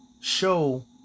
show